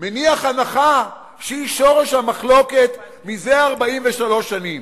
מניח הנחה שהיא שורש המחלוקת זה 43 שנים.